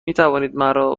برای